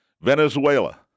Venezuela